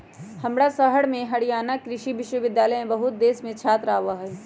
हमर शहर में हरियाणा कृषि विश्वविद्यालय में बहुत देश से छात्र आवा हई